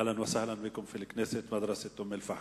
אהלן וסהלן ביכום פי אל-כנסת, מדרסת אום-אל-פחם.